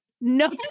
no